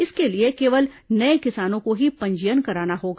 इसके लिए केवल नये किसानों को ही पंजीयन कराना होगा